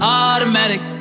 automatic